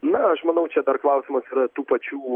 na aš manau čia dar klausimas yra tų pačių